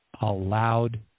allowed